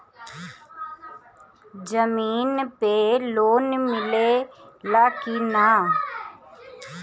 जमीन पे लोन मिले ला की ना?